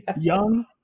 Young